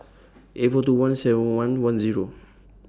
eight four two one Seven Eleven Zero